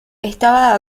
estaba